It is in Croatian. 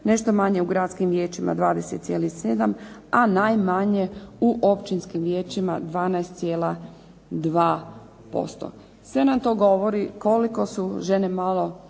nešto manje u gradskim vijećima 20,7 a najmanje u općinskim vijećima 12,2%. Sve nam to govori koliko su žene malo